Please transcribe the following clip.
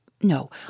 No